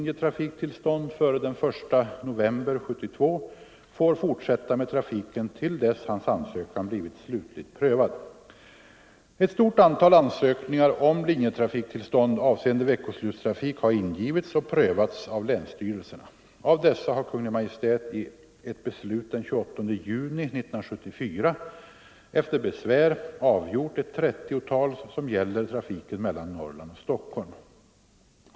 Ett stort antal ansökningar om linjetrafiktillstånd avseende veckoslutstrafik har ingivits och prövats av länsstyrelserna. Av dessa har Kungl. Maj:t i ett beslut den 28 juni 1974 efter besvär avgjort ett trettiotal, som gäller trafiken mellan Norrland och Stockholm.